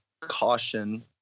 caution